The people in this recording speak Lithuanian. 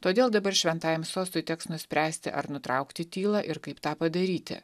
todėl dabar šventajam sostui teks nuspręsti ar nutraukti tylą ir kaip tą padaryti